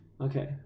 Okay